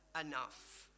enough